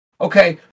Okay